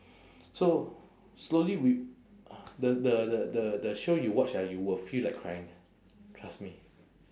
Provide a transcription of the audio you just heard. so slowly we uh the the the the the show you watch ah you will feel like crying trust me